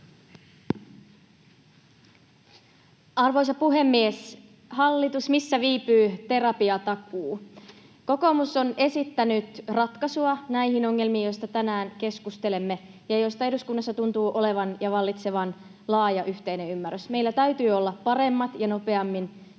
Arvoisa puhemies! Hallitus, missä viipyy terapiatakuu? Kokoomus on esittänyt ratkaisua näihin ongelmiin, joista tänään keskustelemme ja joista eduskunnassa tuntuu olevan ja vallitsevan laaja yhteinen ymmärrys. Meillä täytyy olla paremmat ja nopeammin,